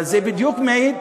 אבל זה בדיוק מעיד,